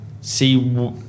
see